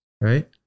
right